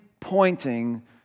pointing